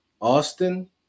Austin